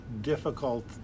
difficult